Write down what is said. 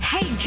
Hey